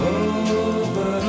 over